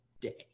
day